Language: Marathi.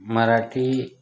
मराठी